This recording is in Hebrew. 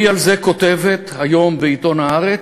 היא על זה כותבת היום בעיתון "הארץ".